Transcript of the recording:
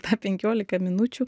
tą penkiolika minučių